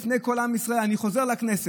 לפני כל עם ישראל: אני חוזר לכנסת.